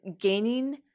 gaining